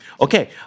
Okay